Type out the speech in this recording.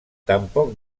tampoc